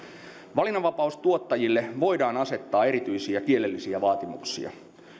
valinnanvapaustuottajille voidaan asettaa erityisiä kielellisiä vaatimuksia